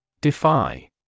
Defy